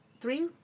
three